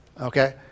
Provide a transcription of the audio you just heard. Okay